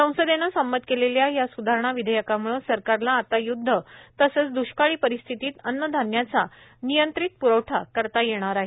संसदेनं संमत केलेल्या या सुधारणा विधेयकामुळे सरकारला आता युद्ध तसंच द्ष्काळी परिस्थितीत अन्न धान्याचा नियंत्रित प्रवठा करता येणार आहे